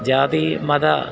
ജാതിമത